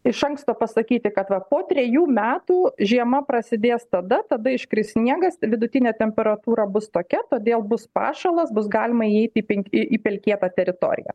iš anksto pasakyti kad va po trejų metų žiema prasidės tada tada iškris sniegas vidutinė temperatūra bus tokia todėl bus pašalas bus galima įeiti į į pelkėtą teritoriją